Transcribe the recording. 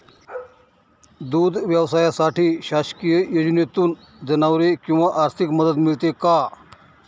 दूध व्यवसायासाठी शासकीय योजनेतून जनावरे किंवा आर्थिक मदत मिळते का?